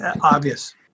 Obvious